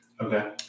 Okay